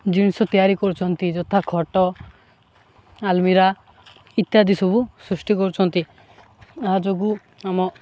ଜିନିଷ ତିଆରି କରୁଛନ୍ତି ଯଥା ଖଟ ଆଲମିରା ଇତ୍ୟାଦି ସବୁ ସୃଷ୍ଟି କରୁଛନ୍ତି ଏହା ଯୋଗୁଁ ଆମ